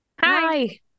hi